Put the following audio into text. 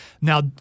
Now